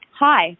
hi